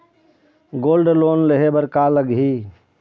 Gold loan लेहे बर का लगही?